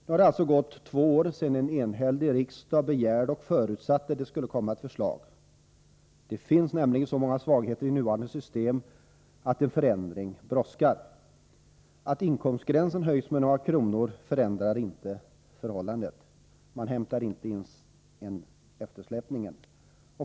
Nu har det alltså gått två år sedan en enhällig riksdag begärde och förutsatte att det skulle komma ett förslag. Det finns nämligen så många svagheter i nuvarande system att en förändring brådskar. Att inkomstgränsen höjs med några kronor förändrar inte förhållandena. Man hämtar inte ens in eftersläpningen.